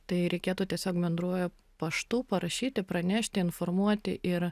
tai reikėtų tiesiog bendruoju paštu parašyti pranešti informuoti ir